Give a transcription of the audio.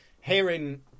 hearing